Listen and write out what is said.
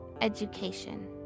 Education